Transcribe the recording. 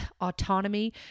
autonomy